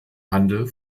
handel